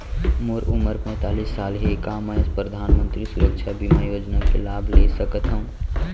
मोर उमर पैंतालीस साल हे का मैं परधानमंतरी सुरक्षा बीमा योजना के लाभ ले सकथव?